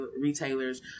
retailers